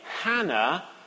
Hannah